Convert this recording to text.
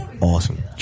Awesome